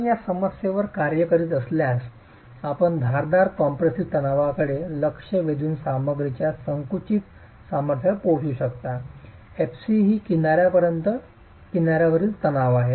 आपण या समस्येवर कार्य करीत असल्यास आपण धारदार कॉम्प्रेसिव्ह ताणाकडे लक्ष वेधून सामग्रीच्या संकुचित सामर्थ्यावर पोहचू शकता fc ही किनार्यावरील तणाव आहे